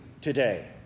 today